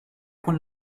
con